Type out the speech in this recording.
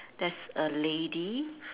there's a lady